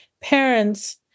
parents